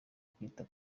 kwita